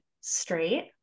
straight